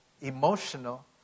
emotional